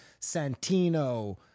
Santino